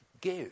give